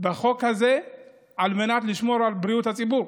החוק הזה על מנת לשמור על בריאות הציבור,